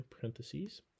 parentheses